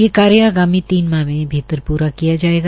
यह कार्य आगामी तीन माह के भीतर ही पूरा किया जाएगा